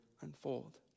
unfold